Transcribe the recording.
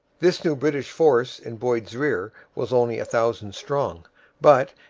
this new british force in boyd's rear was only a thousand strong but,